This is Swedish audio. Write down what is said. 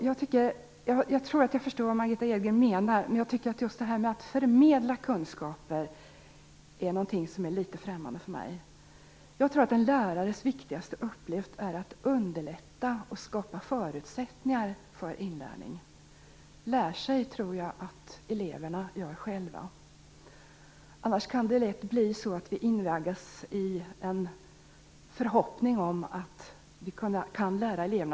Jag tror att jag förstår vad Margitta Edgren menar, men jag tycker att just detta att förmedla kunskaper är litet främmande för mig. Jag tror att en lärares viktigaste uppgift är att underlätta och skapa förutsättningar för inlärning. Lär sig tror jag att eleverna gör själva. Annars kan vi lätt invaggas i en förhoppning om att vi kan lära eleverna.